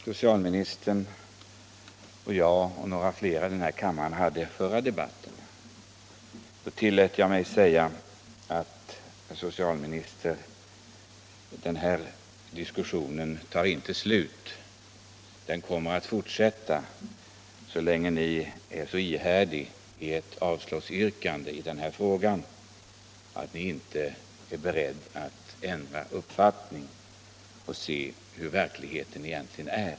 Herr talman! När socialministern och jag och några fler i denna kammare hade den förra debatten om THX, tillät jag mig säga: Herr socialminister, den här diskussionen tar inte slut, den kommer att fortsätta så länge ni är så ihärdig i ert avslagsyrkande i denna fråga att ni inte är beredd att ändra uppfattning och se hurdan verkligheten är.